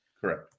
Correct